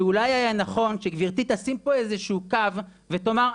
שאולי היה נכון שגברתי תשים פה איזשהו קו ותאמר,